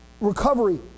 recovery